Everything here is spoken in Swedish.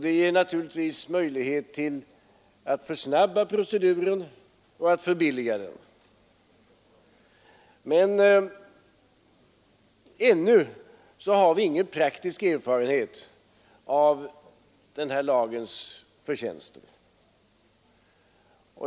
Det ger naturligtvis möjlighet till att skynda på proceduren och att förbilliga den. Men ännu har vi ingen praktisk erfarenhet av den här lagens förtjänster.